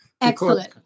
Excellent